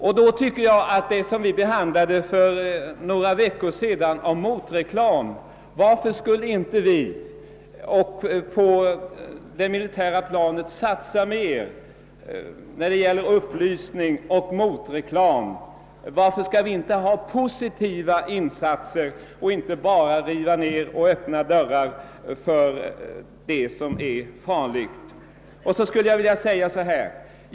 För några veckor sedan behandlade vi frågan om motreklam. Varför skulle vi inte på det militära planet kunna satsa mera när det gäller upplysning och motreklam? Varför kan vi inte göra positiva insatser och inte bara öppna dörrar för sådant som är farligt?